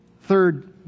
Third